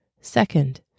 Second